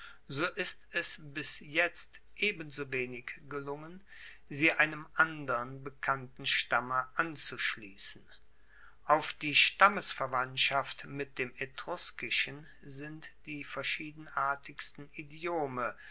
so ist es bis jetzt ebensowenig gelungen sie einem andern bekannten stamme anzuschliessen auf die stammesverwandtschaft mit dem etruskischen sind die verschiedenartigsten idiome